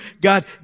God